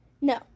No